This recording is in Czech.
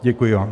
Děkuji vám.